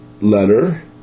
letter